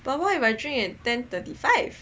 but what if I drink at ten thirty five